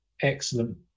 excellent